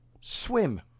Swim